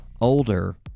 older